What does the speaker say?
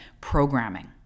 Programming